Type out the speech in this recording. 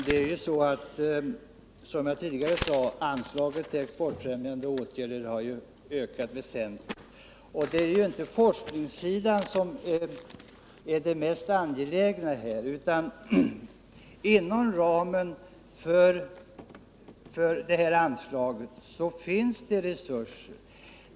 Herr talman! Som jag tidigare sade har anslaget för exportfrämjande åtgärder ökat väsentligt. Och det är inte forskningssidan som är den mest angelägna här. Inom ramen för anslaget finns det resurser.